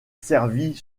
servit